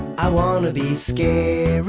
i wanna be scary.